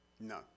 No